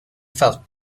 felt